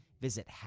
Visit